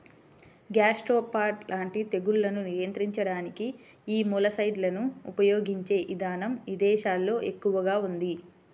gastropod లాంటి తెగుళ్లను నియంత్రించడానికి యీ మొలస్సైడ్లను ఉపయిగించే ఇదానం ఇదేశాల్లో ఎక్కువగా ఉంది